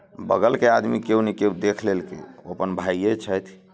बगलके आदमी केओ ने केओ देख लेलकै ओ अपन भाइए छथि